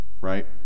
right